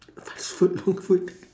fast food long food